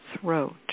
throat